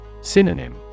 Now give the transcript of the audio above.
Synonym